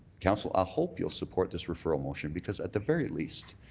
council, i hope you'll support this referral motion because, at the very least,